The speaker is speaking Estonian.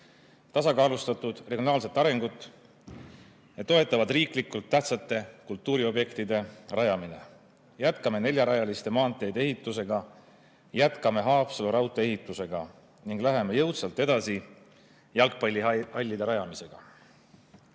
Tasakaalustatud regionaalset arengut toetab riiklikult tähtsate kultuuriobjektide rajamine. Jätkame neljarajaliste maanteede ehitusega. Jätkame Haapsalu raudtee ehitusega ning läheme jõudsalt edasi jalgpallihallide rajamisega. Lisaks